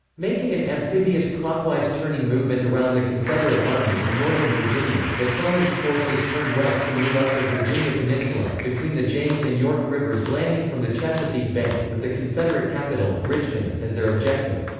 making an amphibious clockwise turning movement around the confederate army in northern virginia, mcclellan's forces turned west to move up the virginia peninsula, between the james and york rivers landing from the chesapeake bay, with the confederate capital, richmond, as their objective.